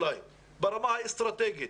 ברמה האסטרטגית,